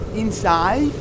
inside